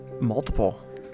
Multiple